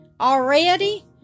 already